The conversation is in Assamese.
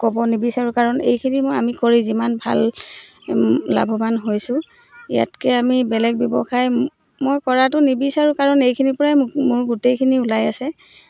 ক'ব নিবিচাৰোঁ কাৰণ এইখিনি মই আমি কৰি যিমান ভাল লাভৱান হৈছোঁ ইয়াতকৈ আমি বেলেগ ব্যৱসায় মই কৰাটো নিবিচাৰোঁ কাৰণ এইখিনিৰপৰাই মোৰ মোৰ গোটেইখিনি ওলাই আছে